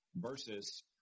versus